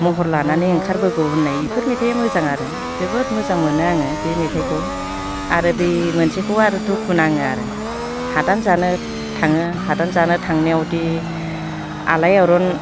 महर लानानै ओंखारबोगौ होननाय इफोर मेथाइआ मोजां आरो जोबोद मोजां मोनो आङो बे मेथाइखौ आरो बे मोनसेखौ आरो दुखु नाङो आरो हादान जानो थाङो हादान जानो थांनायावदि आलायारन